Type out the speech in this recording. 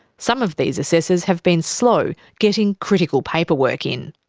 some of these assessors have been slow getting critical paperwork in.